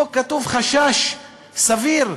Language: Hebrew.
פה כתוב "חשש סביר",